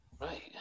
Right